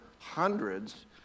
hundreds